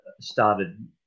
started